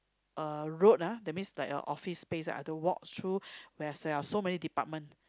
a road ah that means like a office space I have to walk through where there are so many department